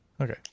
Okay